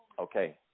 Okay